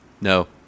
No